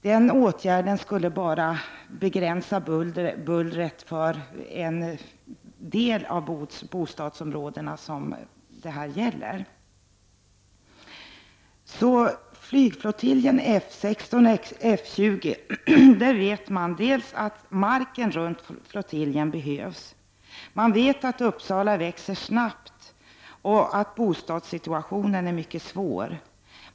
Den åtgärden skulle bara begränsa bullret för en del av bostadsområdena. Vi vet att marken runt flygflottiljerna F 16 och F 20 behövs. Vi vet ocskå att Uppsala växer snabbt och att bostadssituationen är mycket svår.